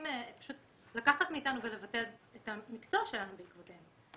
פשוט לקחת מאיתנו ולבטל את המקצוע שלנו בעקבותיהם.